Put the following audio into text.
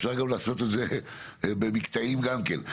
אפשר גם לעשות את זה במקטעים גם כן.